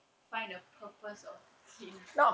find the purpose of hinge